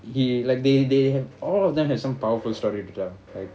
he like they they all of them has some powerful story to talk like